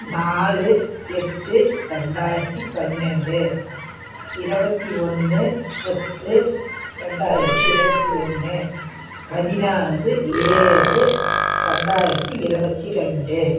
நாலு எட்டு ரெண்டாயிரத்து பன்னெண்டு இருபத்தி ஒன்று பத்து ரெண்டாயிரத்து இருபத்தி ஒன்று பதினாறு ஏழு ரெண்டாயிரத்து இருபத்தி ரெண்டு